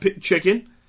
chicken